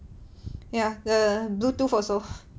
ya the bluetooth also